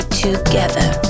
together